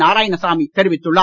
நாரயாணசாமி தெரிவித்துள்ளார்